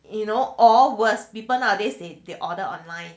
you know or worse people nowadays they they order online